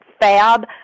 Fab